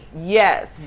Yes